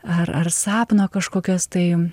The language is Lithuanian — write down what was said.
ar ar sapno kažkokias tai